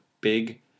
big